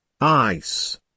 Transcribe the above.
ice